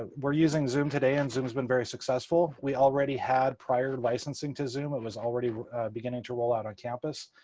we're using zoom today, and zoom has been very successful. we already had prior licensing to zoom. it was already beginning to roll out on campus,